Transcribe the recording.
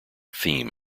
theme